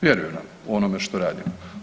Vjeruju nam u onome što radimo.